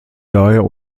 daher